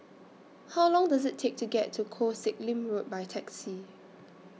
How Long Does IT Take to get to Koh Sek Lim Road By Taxi